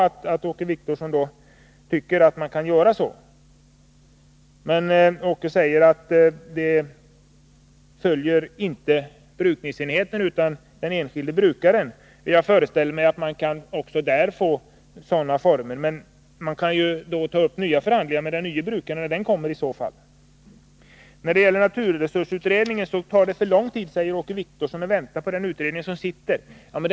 Men Åke Wictorsson säger att avtalet inte följer brukningsenheten utan den enskilde brukaren. I så fall kan man ju ta upp förhandlingar med den nye lantbrukaren. Det tar för lång tid, säger Åke Wictorsson, att vänta på den naturresursutredning som f. n. arbetar.